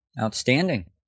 Outstanding